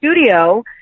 studio